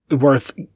worth